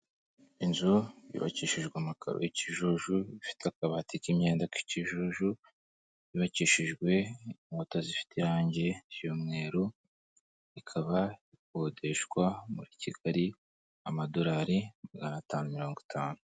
Inzu yubakishijwe amakaro y'ikijuju, ifite akabati k'imyenda k'ikijuju, yubakishijwe inkuta zifite irangi ry'umweru ikaba ikodeshwa muri Kigali amadolari magana atanu mirongo itanu.